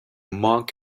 monk